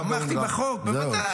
תמכתי בחוק, בוודאי, מה זה.